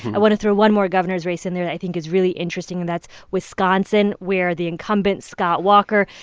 i want to throw one more governor's race in there that i think is really interesting, and that's wisconsin, where the incumbent, scott walker,